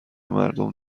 مردم